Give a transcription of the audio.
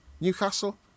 Newcastle